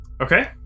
Okay